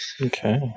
Okay